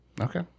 Okay